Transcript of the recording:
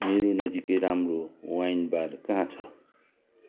मेरो नजिकै राम्रो वाइन बार कहाँ छ